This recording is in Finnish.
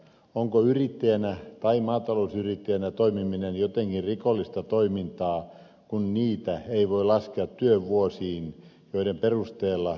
onko yrittäjänä tai maatalousyrittäjänä toimiminen jotenkin rikollista toimintaa kun niitä ei voi laskea työvuosiin joiden perusteella stipendin saisi